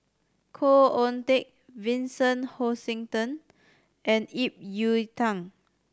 Khoo Oon Teik Vincent Hoisington and Ip Yiu Tung